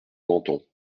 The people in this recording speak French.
menthon